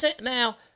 now